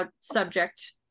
subject